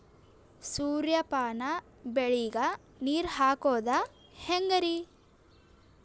ಸೂರ್ಯಪಾನ ಬೆಳಿಗ ನೀರ್ ಹಾಕೋದ ಹೆಂಗರಿ?